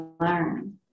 learn